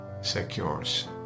secures